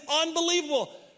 unbelievable